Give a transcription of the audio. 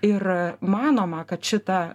ir manoma kad šita